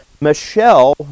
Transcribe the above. Michelle